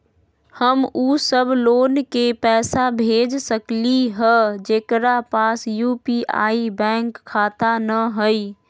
हम उ सब लोग के पैसा भेज सकली ह जेकरा पास यू.पी.आई बैंक खाता न हई?